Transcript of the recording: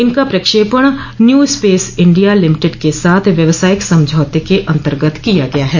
इनका प्रक्षेपण New Space India Limited के साथ व्यवसायिक समझौते के अंतर्गत किया गया है